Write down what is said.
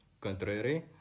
Contrary